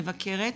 מבקרת,